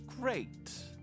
great